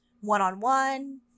one-on-one